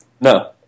No